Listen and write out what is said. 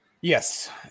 Yes